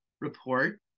report